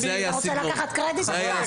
אתה רוצה לקחת קרדיט עכשיו?